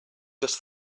just